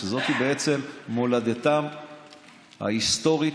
זאת מולדתם ההיסטורית,